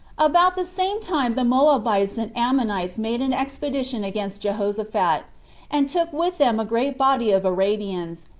about the same time the moabites and ammonites made an expedition against jehoshaphat, and took with them a great body of arabians,